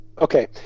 Okay